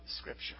Scripture